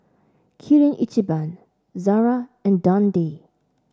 Kirin Ichiban Zara and Dundee